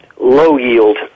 low-yield